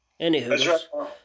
Anywho